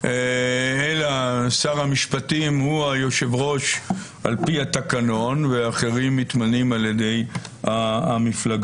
אלא שר המשפטים הוא היושב-ראש על פי התקנון ואחרים מתמנים ע"י המפלגה.